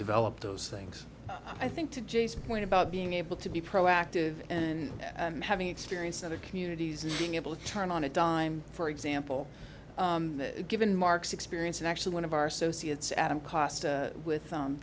develop those things i think to james point about being able to be proactive and having experienced other communities and being able to turn on a dime for example given mark's experience in actually one of our soci it's adam costa with